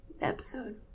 episode